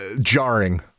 jarring